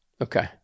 Okay